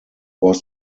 was